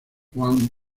wang